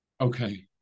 Okay